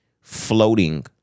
floating